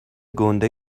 گُنده